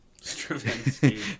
Stravinsky